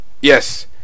Yes